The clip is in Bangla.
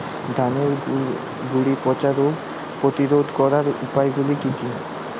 ধানের গুড়ি পচা রোগ প্রতিরোধ করার উপায়গুলি কি কি?